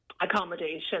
accommodation